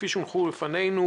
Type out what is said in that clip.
כפי שהונחו בפנינו,